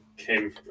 came